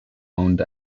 owned